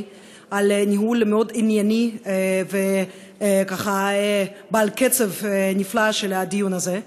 על ניהול מאוד ענייני ועל קצב נפלא של הדיון הזה,